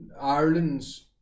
Ireland's